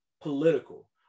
political